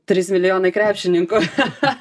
trys milijonai krepšininkų cha cha